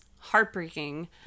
Heartbreaking